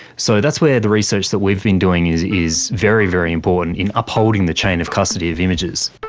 so that's where the research that we've been doing is is very, very important in upholding the chain of custody of images.